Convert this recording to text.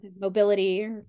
mobility